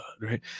right